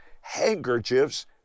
handkerchiefs